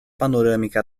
panorâmica